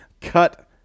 cut